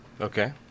Okay